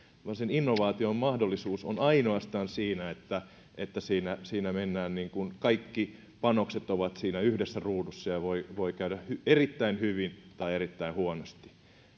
sen innovaation mahdollisuus on ainoastaan siinä että että siinä siinä mennään niin kuin kaikki panokset yhdessä ruudussa ja voi voi käydä erittäin hyvin tai erittäin huonosti